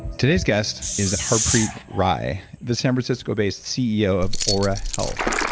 today's guest is harpreet rai, the san francisco based ceo of ah oura health,